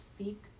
speak